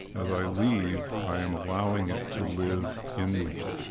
as i leave, i am allowing it to live in me.